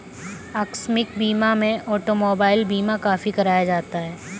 आकस्मिक बीमा में ऑटोमोबाइल बीमा काफी कराया जाता है